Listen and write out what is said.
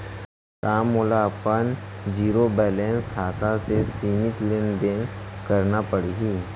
का मोला अपन जीरो बैलेंस खाता से सीमित लेनदेन करना पड़हि?